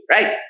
Right